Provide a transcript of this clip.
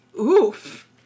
Oof